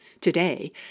Today